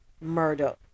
murder